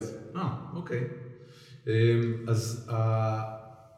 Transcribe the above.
אה, אוקיי, אז, אה...